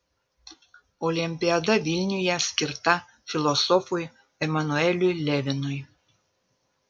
olimpiada vilniuje skirta filosofui emanueliui levinui